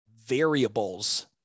variables